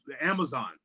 Amazon